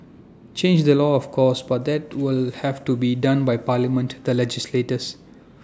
change the law of course but that will have to be done by parliament the legislators